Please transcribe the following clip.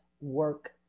work